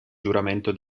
giuramento